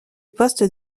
poste